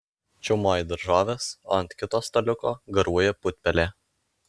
čiaumoji daržoves o ant kito staliuko garuoja putpelė